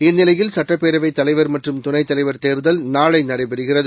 இந்நிலையில் சட்டப்பேரவைத் தலைவர் மற்றும் துணைத்தலைவர் தேர்தல் நாளைநடைபெறுகிறது